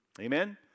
Amen